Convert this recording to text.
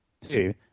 Two